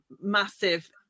massive